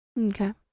Okay